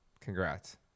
congrats